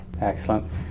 Excellent